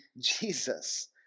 Jesus